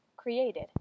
Created